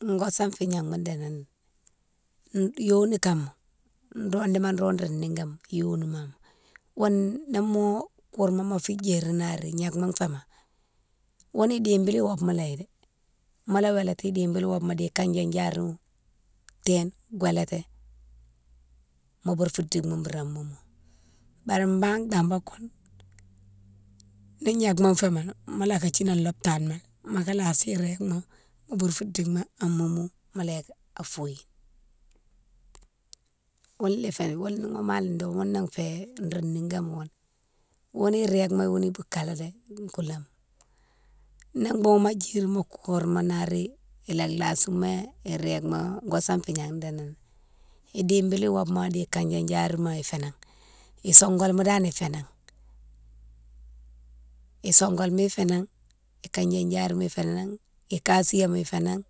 Go sanfi yama dini ni, yoni kama nro dimo nro ro nigame ma yoni yone, ghounne dimo kourma mo fé djirine nari gnékma fémo ghounne idibili wobmalé, mola wélati idibile wobma di kandian diarima téne wélati mo bourfo digma boura moumou. Bari bane dambake koune ni gnakma fémo mola ka thini an lhopital né mola ka lasi réguema mo bourfo dike a moumou mola yike a foyine. ghounne fé, ghounne dimo mané ghounne fé nro nigoma ghounne, ghounne réguema ghounne boukalé dé nkouléma, ni boughoune mo djérine mo kourma nari ila lasimo iréguema go sanfi gnama dini ni. Idibile wobma di kandji diarima fénan, isongolma dane fénan, isongolma fénan, ikandia diarima fénan, ikasiyé ma fénan,